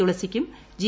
തുളസിക്കും G